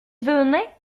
venais